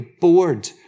bored